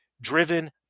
driven